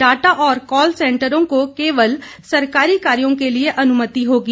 data और call सेंटरों को केवल सरकारी कार्यों के लिए अनुमति होगी